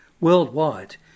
worldwide